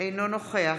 אינו נוכח